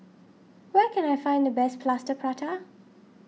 where can I find the best Plaster Prata